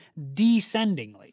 descendingly